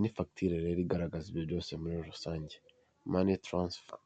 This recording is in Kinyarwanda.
ni facture(inyemezabuguzi) rero igaragaza ibyo byose muri rusange (money transfer).